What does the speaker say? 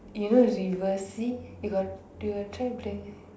you know reverse you got you got try to play